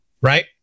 Right